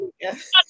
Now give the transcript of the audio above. Yes